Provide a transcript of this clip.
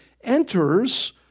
enters